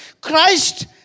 Christ